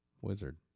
wizard